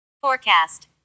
Forecast